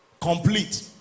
Complete